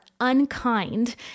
unkind